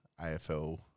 AFL